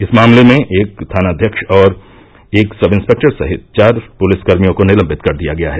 इस मामले में एक थानाध्यक्ष और एक सब इंस्पेक्टर सहित चार पुलिसकर्मियों को निलभ्वित कर दिया गया है